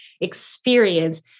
experience